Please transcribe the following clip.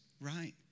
right